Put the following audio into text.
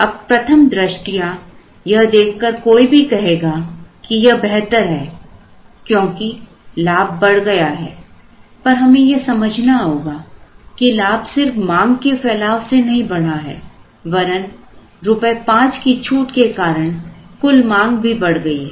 अब प्रथम दृष्टया यह देख कर कोई भी कहेगा कि यह बेहतर है क्योंकि लाभ बढ़ गया है पर हमें यह समझना होगा कि लाभ सिर्फ मांग के फैलाव से नहीं बढ़ा है वरन रुपए 5 की छूट के कारण कुल मांग भी बढ़ गई है